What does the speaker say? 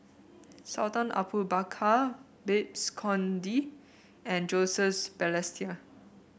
Sultan Abu Bakar Babes Conde and Joseph Balestier